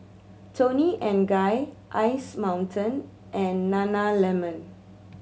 Toni and Guy Ice Mountain and Nana Lemon